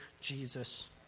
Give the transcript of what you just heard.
Jesus